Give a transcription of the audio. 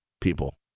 people